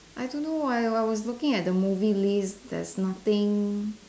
I don't know why I was looking at the movie list there's nothing